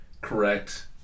correct